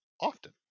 often